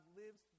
lives